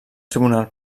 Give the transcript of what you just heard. tribunal